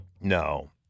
No